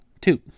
two